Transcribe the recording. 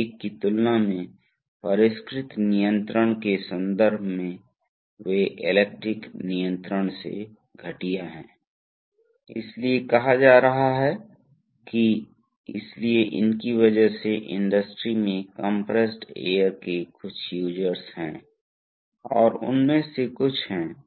यह क्रिसेंट इस तरह बनेगा फिर तरल पदार्थ को इस तरह के छिद्र के माध्यम से प्रवाह करना पड़ता है अभी यह इस के माध्यम से बह रहा है इसलिए वास्तव में क्योंकि क्रॉस सेक्शन भिन्न होता है यहां क्रॉस -सेक्शन कम है यहां क्रॉस सेक्शन अधिक है यहां क्रॉस अनुभाग अधिकतम है